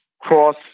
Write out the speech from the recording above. cross